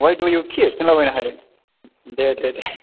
हवाइ दु इउ के होनला बायनो हायो दे दे दे